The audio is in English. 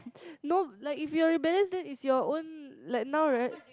no like if you're rebellious then it's your own like now right